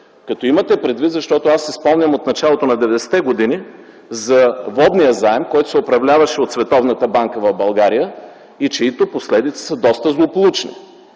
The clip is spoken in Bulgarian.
като имате предвид, защото аз си спомням от началото на 90-те години за Водния заем, който се управляваше от Световната банка в България, и чийто последици са доста злополучни.